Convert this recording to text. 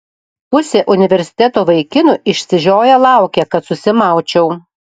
pusė universiteto vaikinų išsižioję laukia kad susimaučiau